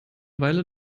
weile